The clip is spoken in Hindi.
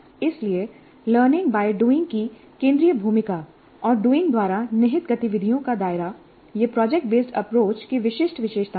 इसलिए लर्निंग बाय डूइंग की केंद्रीय भूमिका और डूइंग द्वारा निहित गतिविधियों का दायरा ये प्रोजेक्ट बेस्ड अप्रोच की विशिष्ट विशेषताएं हैं